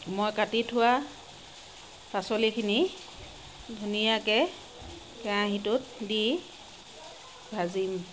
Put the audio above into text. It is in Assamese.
মই কাটি থোৱা পাচলিখিনি ধুনীয়াকৈ কেৰাহীটোত দি ভাজিম